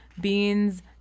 beans